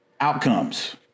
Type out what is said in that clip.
outcomes